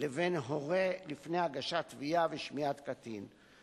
לבין הורה לפני הגשת תביעה ושמיעת קטין.